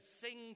sing